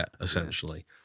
essentially